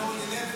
אני בעניינים.